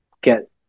get